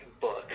book